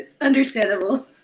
understandable